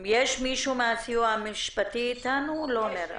עורכת דין ועו"ס רחלי ירדן נמצאת?